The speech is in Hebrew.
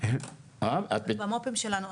המוטו שלנו,